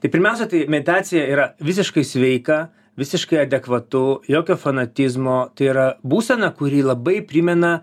tai pirmiausia tai meditacija yra visiškai sveika visiškai adekvatu jokio fanatizmo tai yra būsena kuri labai primena